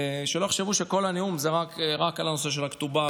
שלא יחשבו שכל הנאום זה רק על הנושא של הכתובה